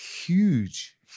huge